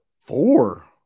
Four